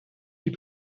pis